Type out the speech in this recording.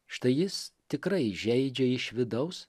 štai jis tikrai įžeidžia iš vidaus